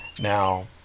Now